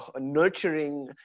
nurturing